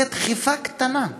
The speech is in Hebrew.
הוא רוצה דחיפה קטנה בהנגשה,